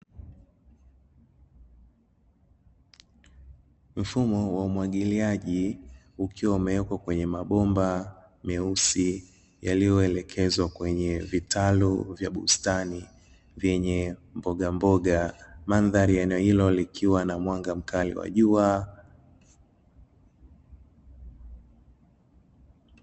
Mfumo wa umwagiliaji ukiwa umeekwa kwenya mabomba meusi yaliyoelekezwa kwenye vitaru vya bustani venye mbogamboga. Mandhari ya eneo hilo likiwa na mwanga mkali wa jua.